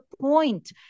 point